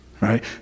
right